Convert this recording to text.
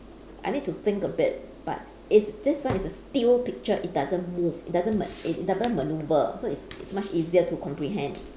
I need to think a bit but if this one is a still picture it doesn't move it doesn't ma~ it doesn't manoeuvre so it's it's much easier to comprehend